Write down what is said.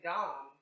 Dom